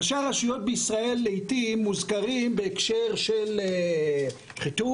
ראשי הרשויות בישראל לעיתים מוזכרים בהקשר של שחיתות,